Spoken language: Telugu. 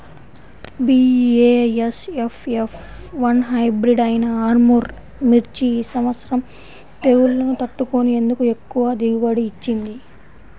బీ.ఏ.ఎస్.ఎఫ్ ఎఫ్ వన్ హైబ్రిడ్ అయినా ఆర్ముర్ మిర్చి ఈ సంవత్సరం తెగుళ్లును తట్టుకొని ఎందుకు ఎక్కువ దిగుబడి ఇచ్చింది?